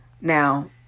Now